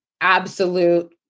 absolute